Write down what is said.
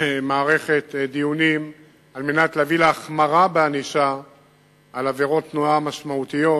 מערכת דיונים כדי להביא להחמרה בענישה על עבירות תנועה משמעותיות